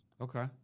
Okay